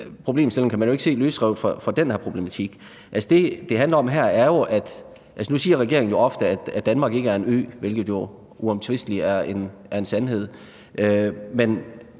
problemstilling kan man jo ikke se løsrevet fra den her problematik. Nu siger regeringen ofte, at Danmark ikke er en ø, hvilket jo uomtvistelig er en sandhed,